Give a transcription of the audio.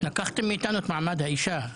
לקחתם מאתנו את מעמד האישה.